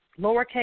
lowercase